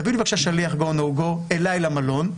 תביאו לי בבקשה שליח go-no-go אליי למלון.